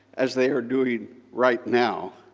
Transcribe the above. as they are doing right now,